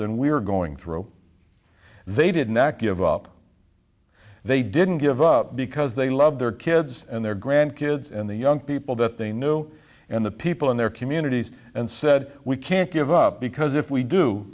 than we are going through they did not give up they didn't give up because they loved their kids and their grandkids and the young people that they knew and the people in their communities and said we can't give up because if we do